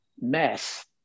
mess